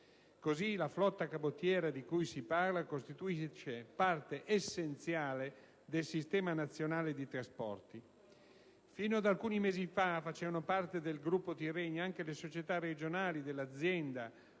così, la flotta cabotiera costituisce parte essenziale del sistema nazionale dei trasporti. Fino ad alcuni mesi fa, facevano parte del gruppo Tirrenia anche le società regionali dell'azienda